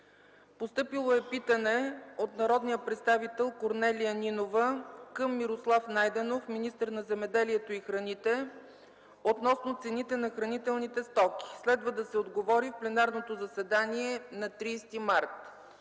Постъпило е питане от народния представител Корнелия Нинова към Мирослав Найденов – министър на земеделието и храните, относно цените на хранителните стоки. Следва да се отговори в пленарното заседание на 30 март.